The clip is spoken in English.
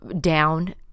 down